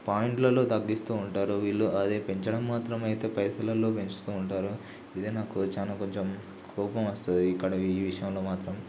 పాయింట్లలో తగ్గిస్తూ ఉంటారు వీళ్ళు అదే పెంచడం మాత్రం అయితే పైసలలో పెంచుతూ ఉంటరు ఇదే నాకు చాలా కొంచెం కోపం వస్తుంది ఇక్కడ ఈ ఈ విషయంలో మాత్రం